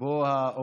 שלוש דקות.